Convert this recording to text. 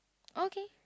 okay